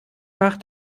nach